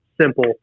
Simple